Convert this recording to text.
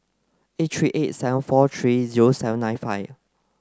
eight three eight seven four three zero seven nine five